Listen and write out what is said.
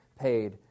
paid